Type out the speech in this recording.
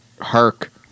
Hark